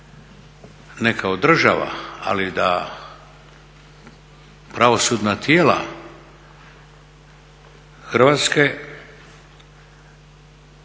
ne kao država ali da pravosudna tijela Hrvatske